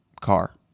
car